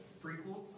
prequels